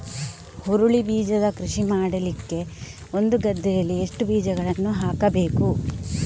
ಹುರುಳಿ ಬೀಜದ ಕೃಷಿ ಮಾಡಲಿಕ್ಕೆ ಒಂದು ಗದ್ದೆಯಲ್ಲಿ ಎಷ್ಟು ಬೀಜಗಳನ್ನು ಹಾಕಬೇಕು?